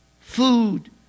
food